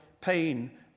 pain